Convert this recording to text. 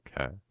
Okay